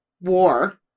war